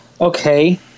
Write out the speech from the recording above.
Okay